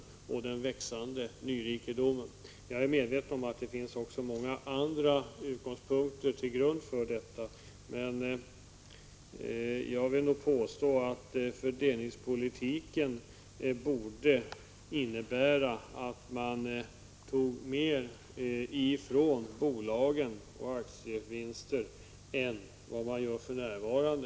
1985/86:139 den växande nyrikedomen, även om jag är medveten om att det också finns mycket annat som ligger till grund för detta. Men jag vill påstå att fördelningspolitiken borde innebära att man tar mer från bolagen och aktievinsterna än vad man gör för närvarande.